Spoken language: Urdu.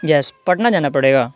یس پٹنہ جانا پڑے گا